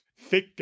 thick